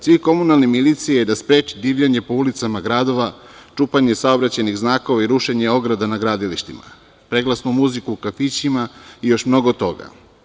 Cilj komunalne milicije je da spreči divljanje po ulicama gradova, čuvanje saobraćajnih znakova i rušenje ograda na gradilištima, preglasnu muziku u kafićima i još mnogo toga.